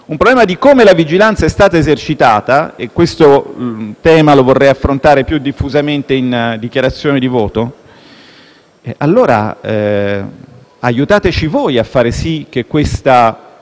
un problema di come la vigilanza è stata esercitata - e questo tema lo vorrei affrontare più diffusamente in dichiarazione di voto - aiutateci voi a fare sì che questa